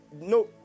No